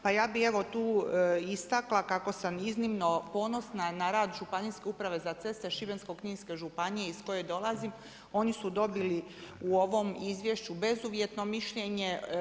Pa ja bih evo tu istakla kako sam iznimno ponosna na rad Županijske uprave za ceste Šibensko-kninske županije iz koje dolazim, oni su dobili u ovom izvješću bezuvjetno mišljenje.